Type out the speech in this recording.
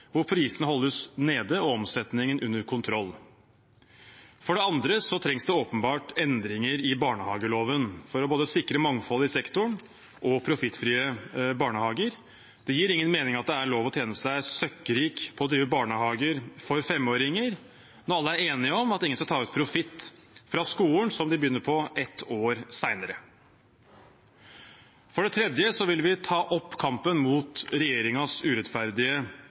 prisene holdes nede og omsetningen under kontroll. Det trengs åpenbart endringer i barnehageloven for å sikre mangfold i sektoren og profittfrie barnehager. Det gir ingen mening at det er lov å tjene seg søkkrik på å drive barnehager for femåringer når alle er enige om at ingen skal ta ut profitt fra skolen som de begynner på ett år senere. Vi vil ta opp kampen mot